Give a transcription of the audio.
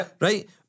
right